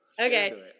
Okay